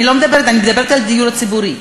אני לא מדברת, אני מדברת על הדיור הציבורי.